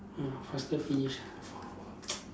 mm faster finish ah four hour